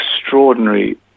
extraordinary